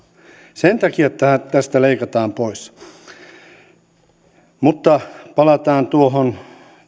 sen takia tästä leikataan pois mutta palataan tuohon